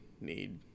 need